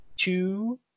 Two